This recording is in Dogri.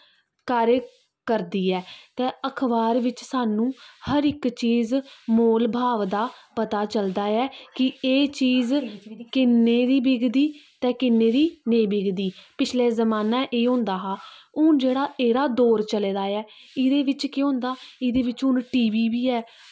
कार्य करदी ऐ ते अखबार बिच्च सानूं हर इक चीज मोलभाव दा पता चलदा ऐ कि एह् चीज किन्ने दी बिकदी ते किन्ने दी नेईं बिकदी पिछले जमान्ने एह् होंदा हा हून जेह्का एह्कड़ा दौर चले दा ऐ एह्दे बिच्च केह् होंदा एह्दे बिच्च हून टी वी बी ऐ